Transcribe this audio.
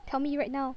tell me right now